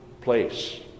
place